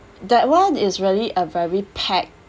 that one is really a very pack